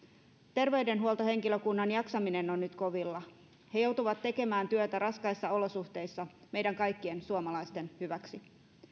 terveydenhuoltohenkilökunnan jaksaminen on nyt kovilla he joutuvat tekemään työtä raskaissa olosuhteissa meidän kaikkien suomalaisten hyväksi